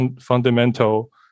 fundamental